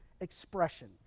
expression